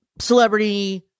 celebrity